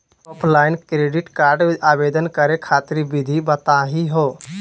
Offline credit card आवेदन करे खातिर विधि बताही हो?